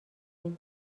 این